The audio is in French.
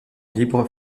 libre